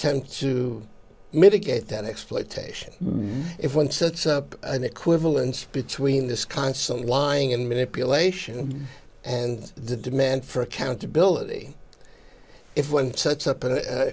tend to mitigate that exploitation if one sets up an equivalence between this constant lying and manipulation and the demand for accountability if one sets up